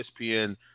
ESPN